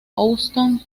houston